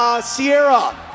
Sierra